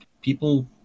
people